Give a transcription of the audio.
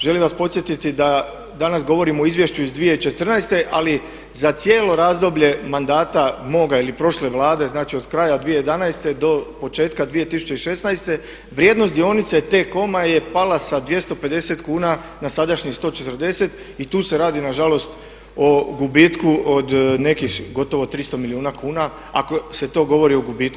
Želim vas podsjetiti da danas govorimo o izvješću iz 2014. ali za cijelo razdoblje mandata moga ili prošle Vlade znači od kraja 2011. do početka 2016. vrijednost dionica T-coma je pala sa 250 kuna na sadašnjih 140 i tu se radi nažalost o gubitku od nekih gotovo 300 milijuna kuna ako se to govori o gubitku.